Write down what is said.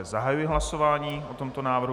Zahajuji hlasování o tomto návrhu.